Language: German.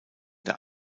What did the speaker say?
der